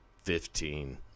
Fifteen